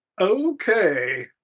Okay